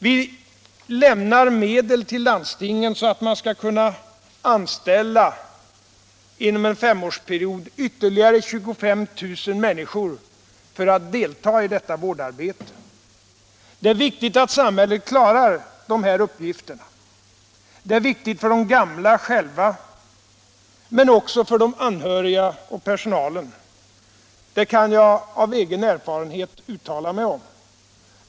Vi lämnar medel till landstingen så att de inom en femårsperiod kan anställa ytterligare 25 000 människor för att delta i detta vårdarbete. Det är viktigt att samhället klarar dessa uppgifter. Det är viktigt för de gamla själva, men också för de anhöriga och för personalen. Det kan jag av egen erfarenhet uttala mig om.